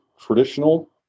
traditional